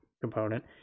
component